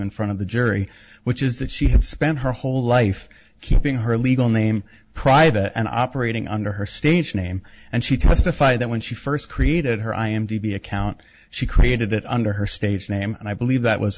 in front of the jury which is that she had spent her whole life keeping her legal name private and operating under her stage name and she testified that when she first created her i am to be account she created it under her state's name and i believe that was